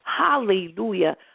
hallelujah